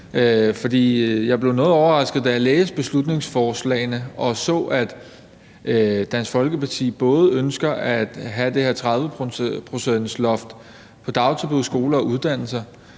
noget overrasket, da jeg læste beslutningsforslagene og så, at Dansk Folkeparti ønsker at have det her 30-procentsloft på både dagtilbud, skoler og uddannelser.